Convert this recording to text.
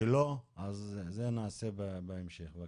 נכון.